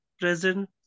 present